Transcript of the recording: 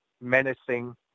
menacing